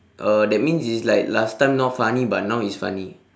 oh that means it's like last time not funny but now is funny